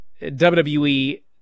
WWE